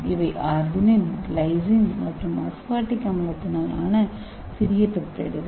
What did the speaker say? இவை arginine glycine மற்றும் aspartic அமிலத்தால் ஆன சிறிய பெப்டைடுகள்